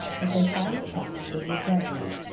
as they find the fact, they will judge me.